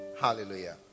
Hallelujah